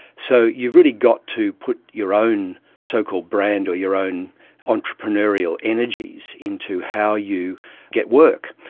so you've really got to put your own so-called brand or your own entrepreneurial energies into how you get work.